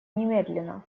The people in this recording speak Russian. немедленно